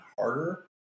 harder